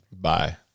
Bye